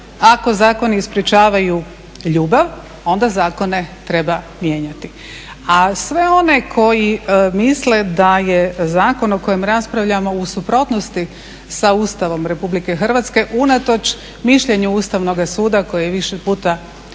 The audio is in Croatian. Ako zakoni sprječavaju ljubav, onda zakone treba mijenjati. A sve one koji misle da je zakon o kojem raspravljamo u suprotnosti sa Ustavom RH unatoč mišljenju Ustavnoga suda koji je više puta